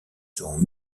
seront